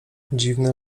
dziwne